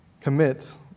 commit